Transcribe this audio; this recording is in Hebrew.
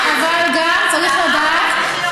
אבל גם צריך להקשיב לסטודנטים.